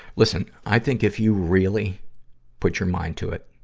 listen, i think if you really put your mind to it,